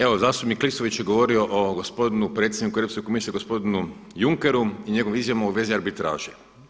Evo, zastupnik Klisović je govorio o gospodinu predsjedniku Europske komisije, gospodinu Junckeru i njegovim izjavama u svezi arbitraže.